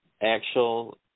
actual